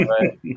right